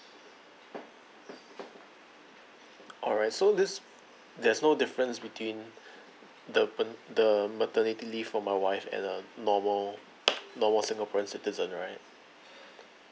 alright so this there's no difference between the the maternity leave for my wife and uh normal normal singaporean citizen right